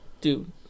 Dude